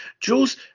Jules